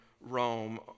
Rome